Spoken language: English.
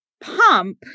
pump